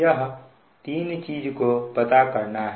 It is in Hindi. यह तीन चीज को पता करना है